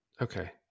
Okay